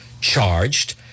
charged